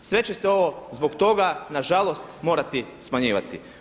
Sve će se ovo zbog toga nažalost morati smanjivati.